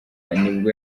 nibwo